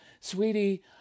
sweetie